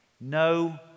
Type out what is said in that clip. No